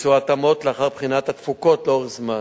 וביצוע התאמות לאחר בחינת התפוקות לאורך זמן.